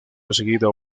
enseguida